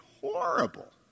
horrible